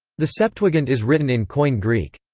the septuagint is written in koine greek.